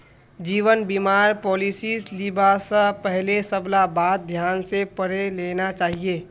जीवन बीमार पॉलिसीस लिबा स पहले सबला बात ध्यान स पढ़े लेना चाहिए